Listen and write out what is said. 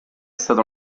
stata